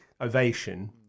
ovation